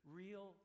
real